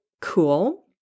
cool